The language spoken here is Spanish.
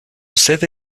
sede